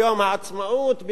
ביום העצמאות,